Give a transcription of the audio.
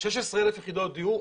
16,000 יחידות דיור,